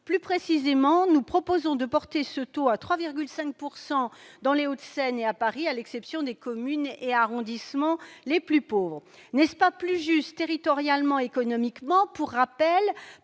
Plus précisément, nous proposons de porter ce taux à 3,5 % dans les Hauts-de-Seine et à Paris, ... Ben tiens !... à l'exception des communes et arrondissements les plus pauvres. N'est-ce pas plus juste territorialement et économiquement ? Pour rappel,